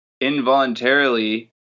involuntarily